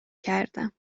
کردم